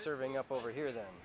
serving up over here th